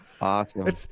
Awesome